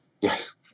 Yes